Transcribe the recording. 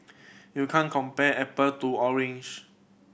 you can't compare apple to orange